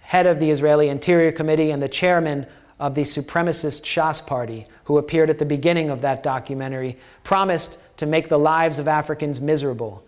head of the israeli interior committee and the chairman of the supremacist shah party who appeared at the beginning of that documentary promised to make the lives of africans miserable